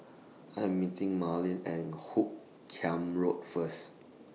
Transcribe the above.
I Am meeting Marlin At Hoot Kiam Road First